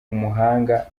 umuhanga